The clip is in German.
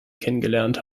kennengelernt